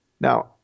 Now